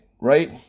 right